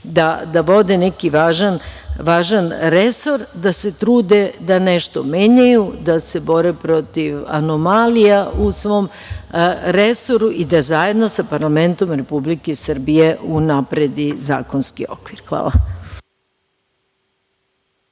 da vode još neki važan resor da se trude da nešto menjaju, da se bore protiv anomalija u svom resoru i da zajedno sa parlamentom Republike Srbije unaprede zakonski okvir. Hvala.